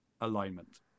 alignment